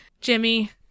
Jimmy